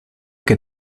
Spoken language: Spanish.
que